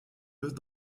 eux